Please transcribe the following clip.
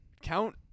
Count